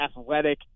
athletic